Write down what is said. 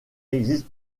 existe